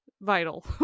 vital